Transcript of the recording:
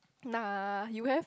nah you have